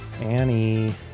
Annie